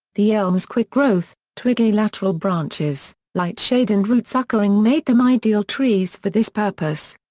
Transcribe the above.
the elms' quick growth, twiggy lateral branches, light shade and root-suckering made them ideal trees for this purpose.